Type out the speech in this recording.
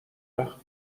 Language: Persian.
وقت